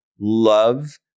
love